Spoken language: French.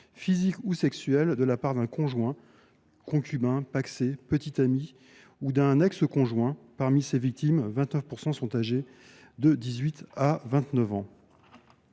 physiques ou sexuelles de la part d’un conjoint – concubin, pacsé, petit ami – ou d’un ex conjoint. Parmi ces victimes, 29 % sont âgées de 18 à 29 ans.